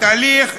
התהליך,